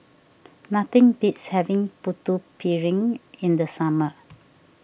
nothing beats having Putu Piring in the summer